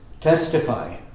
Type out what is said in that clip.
testify